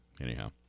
Anyhow